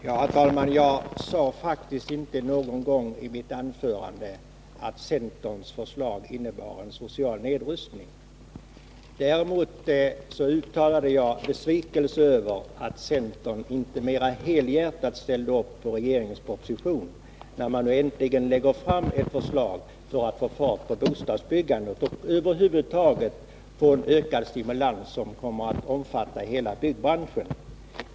Herr talman! Jag sade faktiskt inte någon gång i mitt anförande att centerns förslag innebar en social nedrustning. Däremot uttalade jag besvikelse över att centern inte mera helhjärtat ställde upp på regeringens proposition, när det nu äntligen läggs fram ett förslag för att få fart på bostadsbyggandet och över huvud taget få en ökad stimulans för hela byggbranschen.